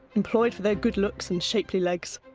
employed for their good looks and shapely legs,